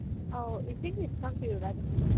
ꯑꯧ ꯏꯁꯤꯡꯗꯤ ꯄꯤꯊꯛꯄꯤꯔꯨꯔꯅꯨ